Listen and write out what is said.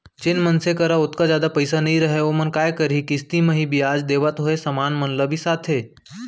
जेन मनसे करा ओतका जादा पइसा नइ रहय ओमन काय करहीं किस्ती म ही बियाज देवत होय समान मन ल बिसाथें